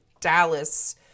Dallas